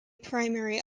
primary